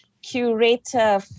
curator